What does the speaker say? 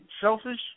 selfish